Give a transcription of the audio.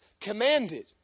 commanded